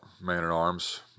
man-at-arms